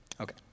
okay